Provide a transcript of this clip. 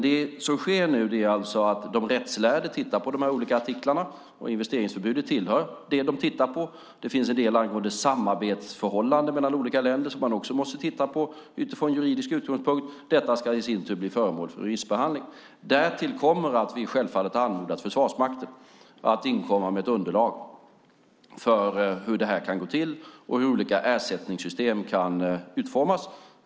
Det som sker nu är att de rättslärda tittar på de olika artiklarna, och investeringsförbudet tillhör det de tittar på. Det finns en del angående samarbetsförhållandena mellan olika länder som man också måste titta på utifrån juridisk utgångspunkt. Detta ska i sin tur sedan bli föremål för remissbehandling. Därtill kommer att vi självfallet anmodat Försvarsmakten att inkomma med ett underlag för hur det kan gå till och hur olika ersättningssystem kan utformas.